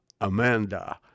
Amanda